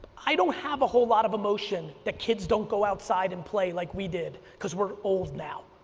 i don't have a whole lot of emotion that kids don't go outside and play like we did, because we're old now.